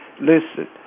Listen